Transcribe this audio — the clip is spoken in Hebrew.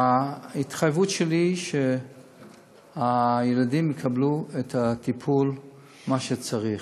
ההתחייבות שלי היא שהילדים יקבלו את הטיפול שצריך.